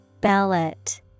Ballot